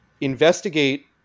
investigate